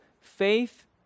faith